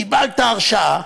קיבלת הרשאה,